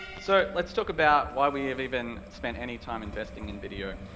so, let's talk about why we have even spent any time investing in video.